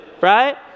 right